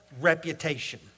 Reputation